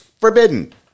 Forbidden